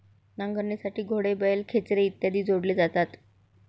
नांगरणीसाठी घोडे, बैल, खेचरे इत्यादी जोडले जातात